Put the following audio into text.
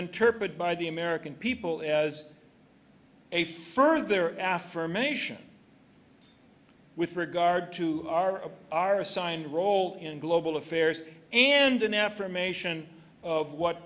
interpreted by the american people as a further affirmation with regard to our of our assigned role in global affairs and an affirmation of what